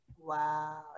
Wow